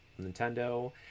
nintendo